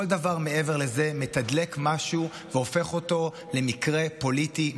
כל דבר מעבר לזה מתדלק משהו והופך אותו למקרה פוליטי,